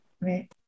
Right